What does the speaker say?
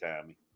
Tommy